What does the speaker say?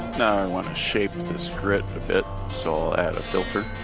want to shape this grit a bit, so i'll add a filter